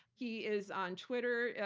he is on twitter. yeah